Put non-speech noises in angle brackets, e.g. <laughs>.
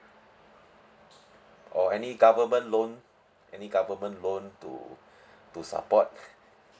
or any government loan any government loan to to support <laughs>